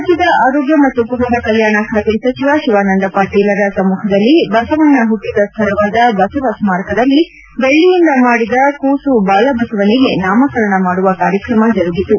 ರಾಜ್ಯದ ಆರೋಗ್ಯ ಮತ್ತು ಕುಟುಂಬ ಕಲ್ಕಾಣ ಖಾತೆ ಸಚಿವ ಶಿವಾನಂದ ಪಾಟೀಲ್ರ ಸಮ್ಮಖದಲ್ಲಿ ಬಸವಣ್ಣ ಹುಟ್ಟದ ಸ್ಥಳವಾದ ಬಸವ ಸ್ಕಾರಕದಲ್ಲಿ ದೆಳ್ಳಿಯಿಂದ ಮಾಡಿದ ಕೂಸು ಬಾಲಬಸವ ನಿಗೆ ನಾಮಕರಣ ಮಾಡುವ ಕಾರ್ಯಕ್ರಮ ಜರುಗಿತು